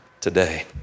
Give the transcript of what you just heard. today